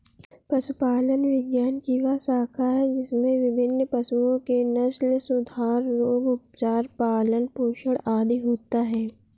पशुपालन विज्ञान की वह शाखा है जिसमें विभिन्न पशुओं के नस्लसुधार, रोग, उपचार, पालन पोषण आदि होता है